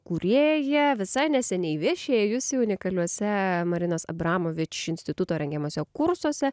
kūrėja visai neseniai viešėjusi unikaliuose marinos abramovič instituto rengiamuose kursuose